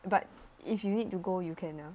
but if you need to go you can ah